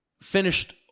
finished